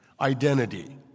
Identity